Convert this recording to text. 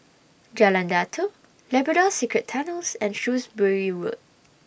Jalan Datoh Labrador Secret Tunnels and Shrewsbury Road